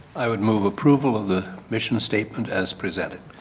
i would move approval of the mission statement as presented.